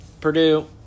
Purdue